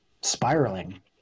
spiraling